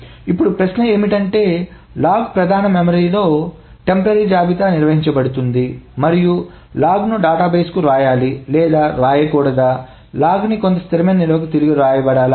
ఇప్పుడు ప్రశ్న ఏమిటంటే లాగ్ ప్రధాన మెమరీలో తాత్కాలిక జాబితాగా నిర్వహించ బడుతుంది మరియు లాగ్ను డేటాబేస్కు వ్రాయాలి లేదా వ్రాయకూడదా లాగ్ నీ కొంత స్థిరమైన నిల్వకు తిరిగి వ్రాయబడాల అని